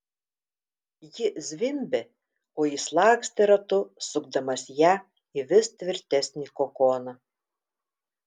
ji zvimbė o jis lakstė ratu sukdamas ją į vis tvirtesnį kokoną